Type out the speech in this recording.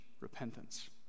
repentance